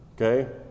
Okay